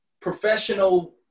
professional